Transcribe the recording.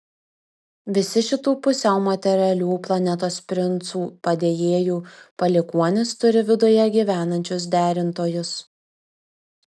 visi šitų pusiau materialių planetos princų padėjėjų palikuonys turi viduje gyvenančius derintojus